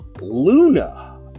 luna